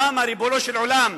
למה, ריבונו של עולם,